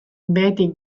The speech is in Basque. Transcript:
behetik